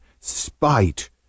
spite